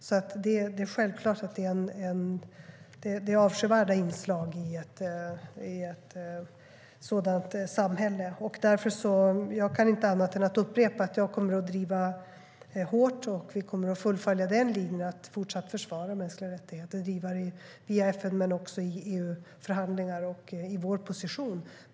Det är alltså självklart att det är avskyvärda inslag i ett sådant samhälle. Jag kan inte annat än upprepa att jag kommer att driva den linjen hårt och försvara mänskliga rättigheter även i fortsättningen. Jag kommer att driva vår position via FN men också i EU-förhandlingar.